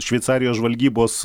šveicarijos žvalgybos